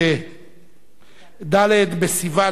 מלר-הורוביץ: 3 הצעות סיעות העבודה מרצ